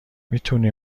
میتونی